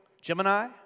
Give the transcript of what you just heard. Gemini